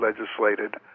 legislated